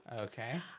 okay